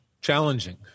Challenging